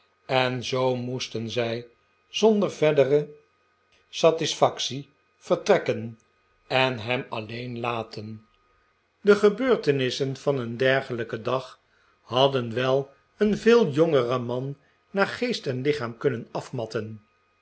en zoo moesten zij zonder verdere satisfactie vertrekken en hem alleen laten de gebeurtenissen vein een dergelijken dag hadden wel een veel jongeren man naar geest en lichaam kunnen afmatten